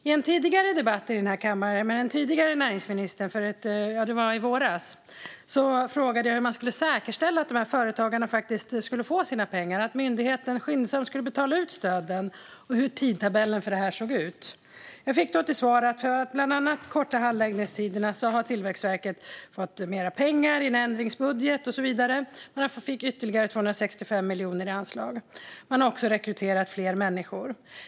I en debatt i våras i den här kammaren med den tidigare näringsministern frågade jag hur man skulle säkerställa att företagarna skulle få sina pengar och att myndigheten skyndsamt skulle betala ut stöden samt hur tidtabellen för detta såg ut. Jag fick då till svar att Tillväxtverket i en ändringsbudget fått mer pengar, ytterligare 265 miljoner, i anslag för att bland annat korta handläggningstiderna, och att man hade rekryterat fler människor.